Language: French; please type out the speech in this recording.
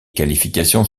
qualifications